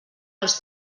als